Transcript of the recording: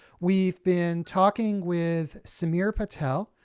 we've been talking with sameer patel,